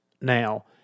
Now